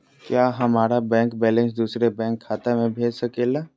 क्या हमारा bank balance दूसरे बैंक खाता में भेज सके ला?